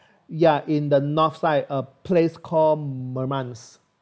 ya in the north side a place called murmansk